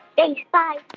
thanks. bye